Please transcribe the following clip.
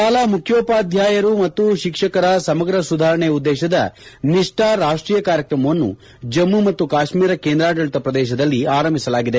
ಶಾಲಾ ಮುಖ್ಯೋಪಾದ್ಯಯರು ಮತ್ತು ಶಿಕ್ಷಕರು ಸಮಗ್ರ ಸುಧಾರಣೆ ಉದ್ದೇಶದ ನಿಷ್ಠಾ ರಾಷ್ಟೀಯ ಕಾರ್ಯಕ್ರಮವನ್ನು ಜಮ್ಮು ಮತ್ತು ಕಾಶ್ಮೀರ ಕೇಂದ್ರಾಡಳಿತ ಪ್ರದೇಶದಲ್ಲ ಆರಂಭಿಸಲಾಗಿದೆ